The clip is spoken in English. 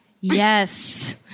yes